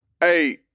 Hey